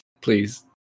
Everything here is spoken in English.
Please